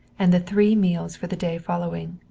and the three meals for the day following.